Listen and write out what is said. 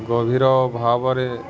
ଗଭୀର ଭାବରେ